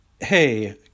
Hey